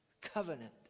covenant